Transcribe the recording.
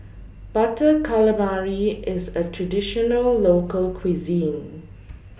Butter Calamari IS A Traditional Local Cuisine